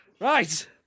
Right